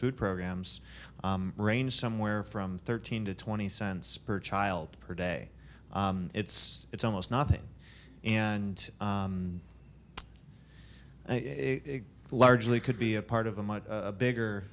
food programs range somewhere from thirteen to twenty cents per child per day it's it's almost nothing and it largely could be a part of a much bigger